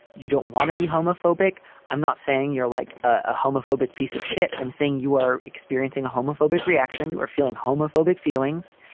you don't want to be homophobic. i'm not saying you're like a homophobic piece of shit i'm saying you are experiencing a homophobic reaction. you are feeling homophobic feelings.